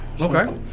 Okay